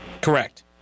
Correct